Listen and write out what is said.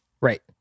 Right